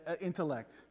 intellect